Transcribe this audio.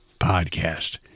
podcast